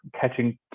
catching